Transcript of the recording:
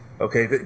Okay